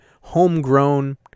homegrown